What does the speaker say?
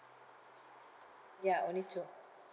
ya only two